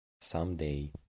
someday